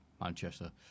Manchester